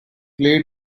clay